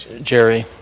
Jerry